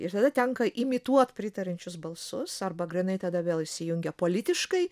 ir tada tenka imituot pritariančius balsus arba grynai tada vėl įsijungia politiškai